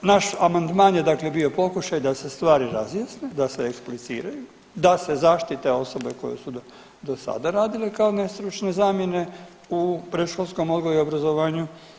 Naš amandman je dakle bio pokušaj da se stvari razjasne, da se ekspliciraju, da se zaštite osobe koje su dosada radile kao nestručne zamjene u predškolskom odgoju i obrazovanju.